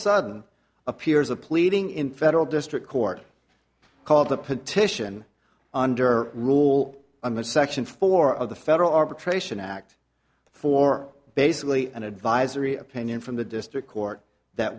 sudden appears of pleading in federal district court called the petition under rule under section four of the federal arbitration act for basically an advisory opinion from the district court that